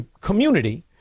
community